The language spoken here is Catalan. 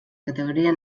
categoria